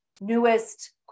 newest